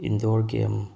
indoor game